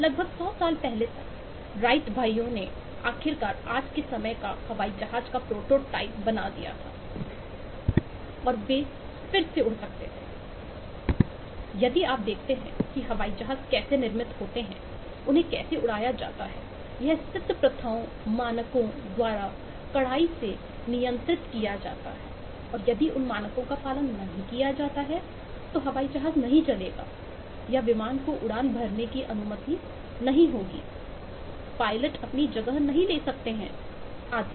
लगभग 100 साल पहले तक राइट भाइयों ने आखिरकार आज के समय का हवाई जहाज़ का प्रोटोटाइप बना दिया था और वे फिर से उड़ सकते थे यदि आप देखते हैं कि हवाई जहाज़ कैसे निर्मित होते हैं उन्हें कैसे उड़ाया जाता है यह सिद्ध प्रथाओं मानकों द्वारा कड़ाई से नियंत्रित किया जाता है और यदि उन मानकों का पालन नहीं किया जाता है तो हवाई जहाज़ नहीं चलेगा या विमान को उड़ान भरने की अनुमति नहीं होगी पायलट अपनी जगह नहीं ले सकते हैं आदि